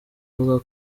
avuga